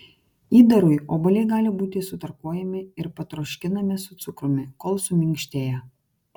įdarui obuoliai gali būti sutarkuojami ir patroškinami su cukrumi kol suminkštėja